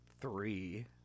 three